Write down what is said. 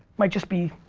might just be,